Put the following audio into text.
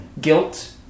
guilt